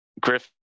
Griffin